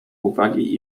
uwagi